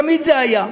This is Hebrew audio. תמיד זה היה.